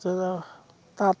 যেনে তাঁত